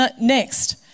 next